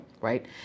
right